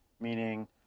meaning